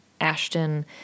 Ashton